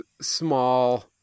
small